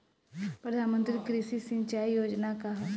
प्रधानमंत्री कृषि सिंचाई योजना का ह?